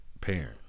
parent